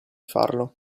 farlo